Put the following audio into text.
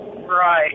Right